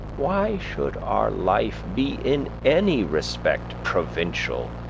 why should our life be in any respect provincial?